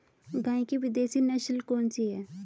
गाय की विदेशी नस्ल कौन सी है?